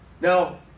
Now